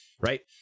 Right